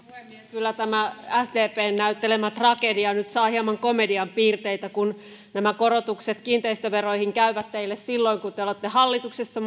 kyllä tämä sdpn näyttelemä tragedia saa nyt hieman komedian piirteitä kun nämä korotukset kiinteistöveroihin kävivät teille silloin kun te olitte hallituksessa